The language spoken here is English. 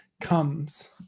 comes